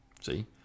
See